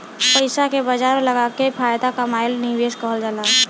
पइसा के बाजार में लगाके फायदा कमाएल निवेश कहल जाला